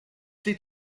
tais